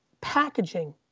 packaging